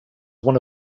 one